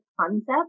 concept